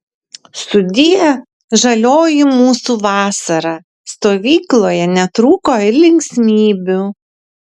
sudie žalioji mūsų vasara stovykloje netrūko ir linksmybių